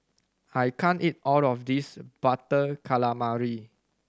I can't eat all of this Butter Calamari